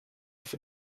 off